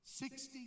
Sixty